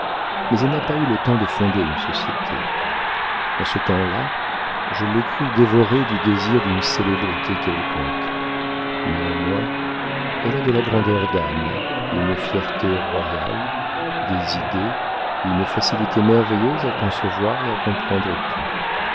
mais elle n'a pas eu le temps de fonder une société dans ce temps-là je l'ai crue dévorée du désir d'une célébrité quelconque néanmoins elle a de la grandeur d'âme une fierté royale des idées une facilité merveilleuse à concevoir et à comprendre tout